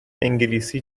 انگلیسی